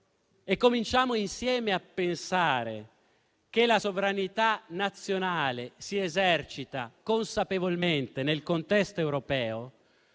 cominciamo insieme a pensare che la sovranità nazionale si esercita consapevolmente nel contesto europeo,